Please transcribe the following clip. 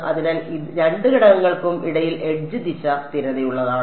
അതിനാൽ രണ്ട് ഘടകങ്ങൾക്കും ഇടയിൽ എഡ്ജ് ദിശ സ്ഥിരതയുള്ളതാണ്